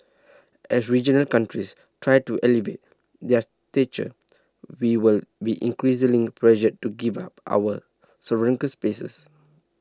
as regional countries try to elevate their stature we will be increasingly pressured to give up our spaces